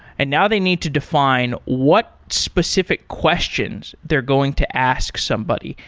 and now they need to define what specific questions they're going to ask somebody.